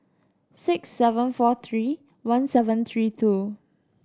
six seven four three one seven three two